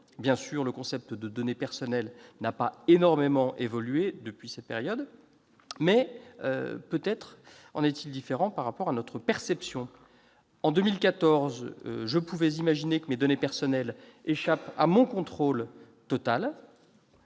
Évidemment, le concept de données personnelles n'a pas énormément évolué depuis cette période. Mais peut-être en va-t-il différemment de notre perception ? En 2014, je pouvais imaginer que mes données personnelles échappent à mon contrôle total.